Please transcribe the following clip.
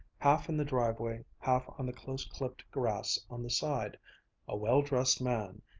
half in the driveway, half on the close-clipped grass on the side a well-dressed man,